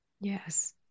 Yes